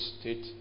state